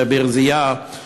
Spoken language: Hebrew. לברזייה,